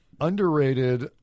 Underrated